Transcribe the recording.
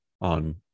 on